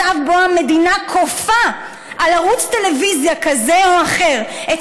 מצב שבו המדינה כופה על ערוץ טלוויזיה כזה או אחר את